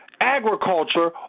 agriculture